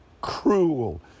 cruel